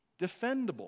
defendable